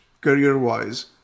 career-wise